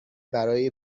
برای